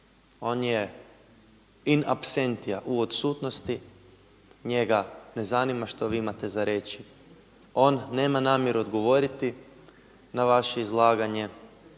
on je in absentia, u odsutnosti, njega ne zanima što vi imate za reći. On nema namjeru odgovoriti na vaše izlaganje